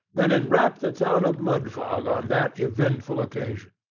than enwrapped the town of mudfog on that eventful occasion.